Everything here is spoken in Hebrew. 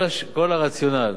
כל הרציונל